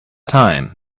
time